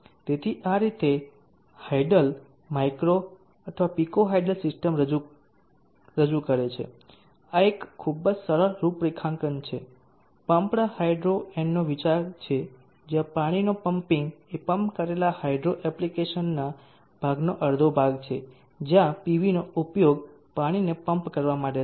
તેથી આ રીતે હાઇડલ માઇક્રો અથવા પીકો હાઇડલ સિસ્ટમ કાર્ય કરે છે અને આ એક ખૂબ જ સરળ રૂપરેખાંકન છે પમ્પ્ડ હાઇડ્રો એનનો વિચાર છે જ્યાં પાણીનો પમ્પિંગ એ પમ્પ કરેલા હાઇડ્રો એપ્લિકેશનના ભાગનો અડધો ભાગ છે જ્યાં પીવીનો ઉપયોગ પાણીને પમ્પ કરવા માટે થાય છે